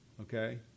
okay